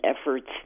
efforts